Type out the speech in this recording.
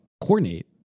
coordinate